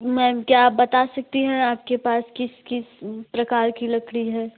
ma'am क्या आप बता सकती हैं आपके पास किस किस प्रकार की लकड़ी है